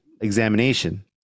examination